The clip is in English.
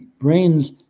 brains